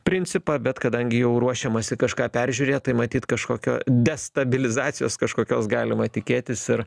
principą bet kadangi jau ruošiamasi kažką peržiūrėt tai matyt kažkokio destabilizacijos kažkokios galima tikėtis ir